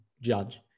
judge